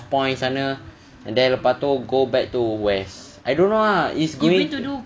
ah northpoint sana and then lepas tu go back to west I don't know ah is going to